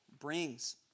brings